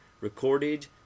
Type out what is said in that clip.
Recorded